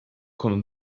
konu